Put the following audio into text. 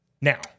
now